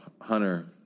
Hunter